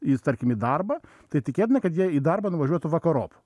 is tarkim į darbą tai tikėtina kad jei į darbą nuvažiuotų vakarop